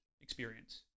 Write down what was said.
experience